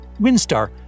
Windstar